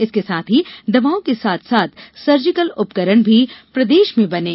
इसके साथ ही दवाओं के साथ साथ सर्जिकल उपकरण भी प्रदेश में बनें